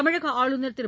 தமிழகஆளுநர் திரு